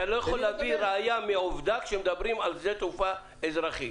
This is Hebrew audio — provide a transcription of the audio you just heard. אתה לא יכול להביא ראיה מעובדה כשמדברים על שדה תעופה אזרחי.